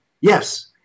Yes